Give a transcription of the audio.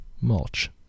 mulch